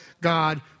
God